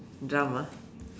drum ah